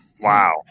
Wow